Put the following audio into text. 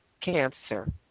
cancer